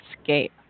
escape